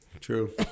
True